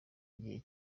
igihe